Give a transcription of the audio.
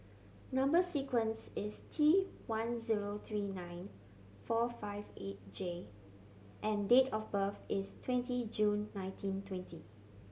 number sequence is T one zero three nine four five eight J and date of birth is twenty June nineteen twenty